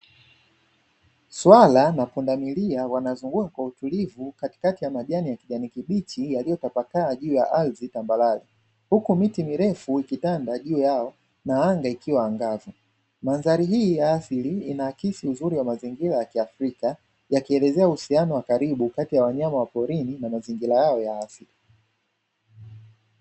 Swala na pundamilia, wanazunguka kwa utulivu katikati ya majani ya kijani kibichi yaliyotapakaa juu ya ardhi tambarare, huku miti mirefu ikitanda juu yao na anga ikiwa angavu. Mandhari hii ya asili inaakisi uzuri wa mazingira ya kiafrika, yakielezea uhusiano wa karibu kati ya wanyama wa porini na mazingira yao ya asili.